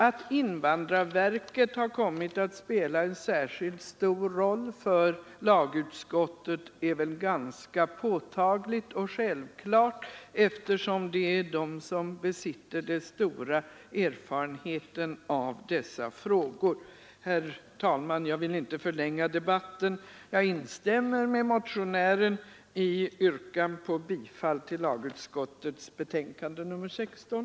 Att invandrarverkets remissvar har kommit att spela en särskilt stor roll för lagutskottet är väl ganska påtagligt och självklart eftersom detta verk besitter den stora erfarenheten av dessa frågor. Herr talman! Jag vill inte förlänga debatten. Jag instämmer med motionären i yrkandet om bifall till lagutskottets hemställan i betänkandet nr 16.